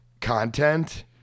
content